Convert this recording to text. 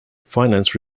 finance